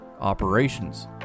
operations